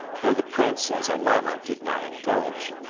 though the prince as a lama did not indulge,